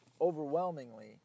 overwhelmingly